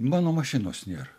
mano mašinos nėr